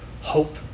hope